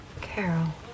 Carol